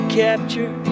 capture